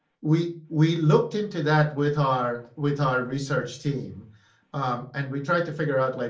we, we looked into that with our with our research team and we tried to figure out, like